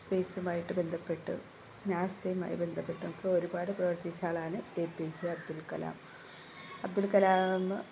സ്പേസുമായിട്ട് ബന്ധപ്പെട്ട് നാസയുമായി ബന്ധപ്പെട്ടു നമുക്കൊരുപാട് പ്രവർത്തിച്ചയാളാണ് A P J Abdul Kalam Abdul Kalam